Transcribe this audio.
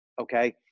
Okay